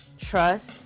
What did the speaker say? trust